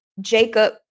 Jacob